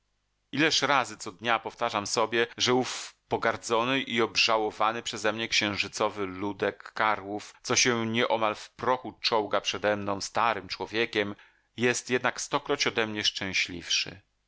ileż razy co dnia powtarzam sobie że ów pogardzony i obżałowany przezemnie księżycowy ludek karłów co się nieomal w prochu czołga przedemną starym człowiekiem jest jednak stokroć odemnie szczęśliwszy